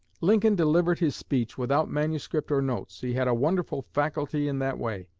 lincoln delivered his speech without manuscript or notes. he had a wonderful faculty in that way.